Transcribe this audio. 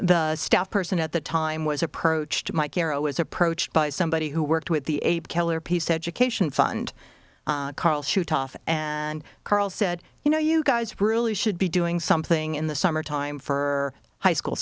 the staff person at the time was approached my kero was approached by somebody who worked with the keller peace education fund carl shoot off and carl said you know you guys really should be doing something in the summer time for high school